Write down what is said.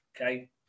Okay